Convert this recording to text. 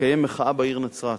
לקיים מחאה בעיר נצרת.